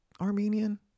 Armenian